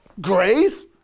grace